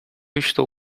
estou